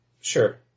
Sure